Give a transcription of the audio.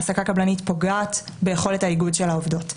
העסקה קבלנית פוגעת ביכולת האיגוד של העובדות.